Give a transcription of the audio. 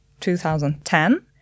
2010